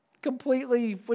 completely